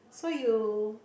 so you